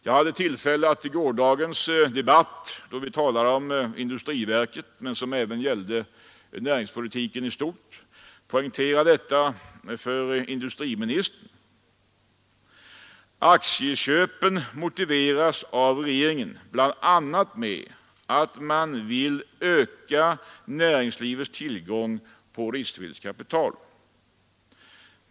Jag hade tillfälle att i gårdagens debatt, som gällde industriverket men även näringspolitiken i stort, poängtera detta för industriministern. Aktieköpen motiveras av regeringen bl.a. med att man vill öka näringslivets tillgång på riskvilligt kapital.